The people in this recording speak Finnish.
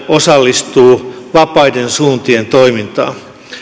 osallistuu vapaiden suuntien toimintaan